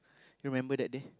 you remember that day